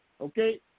Okay